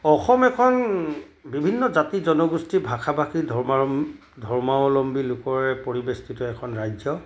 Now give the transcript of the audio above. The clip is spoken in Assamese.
অসম এখন বিভিন্ন জাতি জনগোষ্ঠী ভাষা ভাষী ধৰ্মা ধৰ্মাৱলম্বী লোকৰে পৰিবেষ্টিত এখন ৰাজ্য